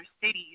cities